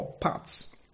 parts